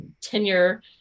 tenure